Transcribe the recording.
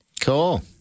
Cool